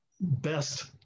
best